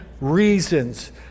reasons